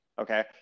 Okay